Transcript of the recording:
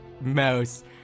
mouse